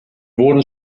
wurden